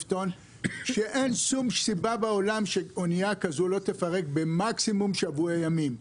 אין שום סיבה בעולם שאנייה כזאת תפרק מקסימום בשבוע ימים.